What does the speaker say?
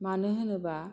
मानो होनोबा